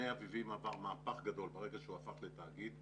מי אביבים עבר מהפך גדול ברגע שהוא הפך לתאגיד.